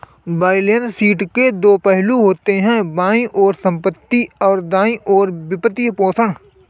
balance sheet के दो पहलू होते हैं, बाईं ओर संपत्ति, और दाईं ओर वित्तपोषण